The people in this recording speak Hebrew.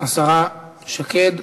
השרה שקד.